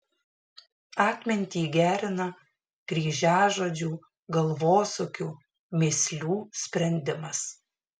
atmintį gerina kryžiažodžių galvosūkių mįslių sprendimas